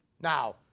Now